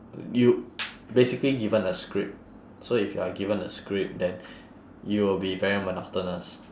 you basically given a script so if you are given a script then you will be very monotonous